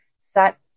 set